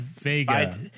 vega